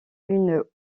une